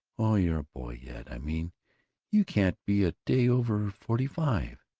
oh, you're a boy yet. i mean you can't be a day over forty-five.